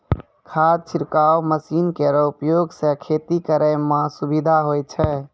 खाद छिड़काव मसीन केरो उपयोग सँ खेती करै म सुबिधा होय छै